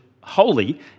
holy